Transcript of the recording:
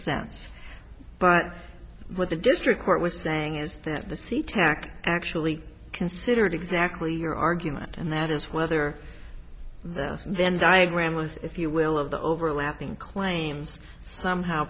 sense but what the district court was saying is that the sea tac actually considered exactly your argument and that is whether the then diagram with if you will of the overlapping claims somehow